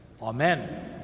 Amen